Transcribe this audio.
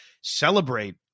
celebrate